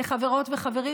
לחברות ולחברים,